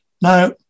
Now